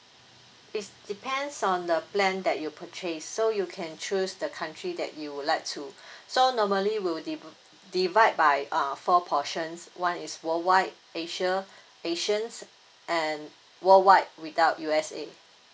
it's depends on the plan that you purchase so you can choose the country that you would like to so normally we will div~ divide by uh four portions one is worldwide asia asians and worldwide without U_S_A